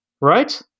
right